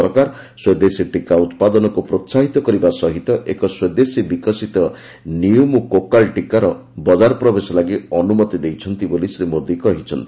ସରକାର ସ୍ୱଦେଶୀ ଟୀକା ଉତ୍ପାଦନକୁ ପ୍ରୋହାହିତ କରିବା ସହିତ ଏକ ସ୍ୱଦେଶୀ ବିକଶିତ ନିୟୁମ କୋକାଲ ଟୀକାର ବଜାର ପ୍ରବେଶ ଲାଗି ଅନୁମତି ଦେଇଛନ୍ତି ବୋଲି ଶ୍ରୀ ମୋଦି କହିଛନ୍ତି